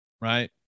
Right